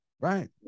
right